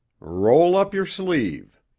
roll up your sleeve.